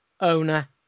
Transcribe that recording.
owner